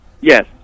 Yes